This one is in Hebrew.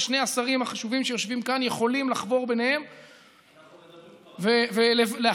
ששני השרים החשובים שיושבים כאן יכולים לחבור ביניהם ולהכניס,